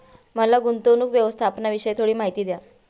मला गुंतवणूक व्यवस्थापनाविषयी थोडी माहिती द्या